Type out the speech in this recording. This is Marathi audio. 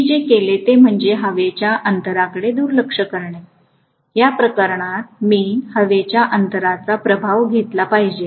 मी जे केले ते म्हणजे हवेच्या अंतराकडे दुर्लक्ष करणे या प्रकरणात मी हवेच्या अंतराचा प्रभाव घेतला पाहिजे